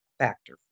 Factor